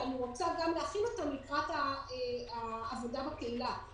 ואני רוצה להכין אותם גם לקראת העבודה בקהילה,